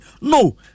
no